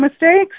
mistakes